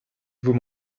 vous